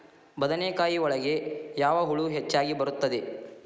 ಬದನೆಕಾಯಿ ಒಳಗೆ ಯಾವ ಹುಳ ಹೆಚ್ಚಾಗಿ ಬರುತ್ತದೆ?